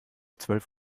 zwölf